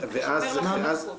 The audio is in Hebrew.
תישמר לכם הזכות.